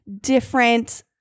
different